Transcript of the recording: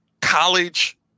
College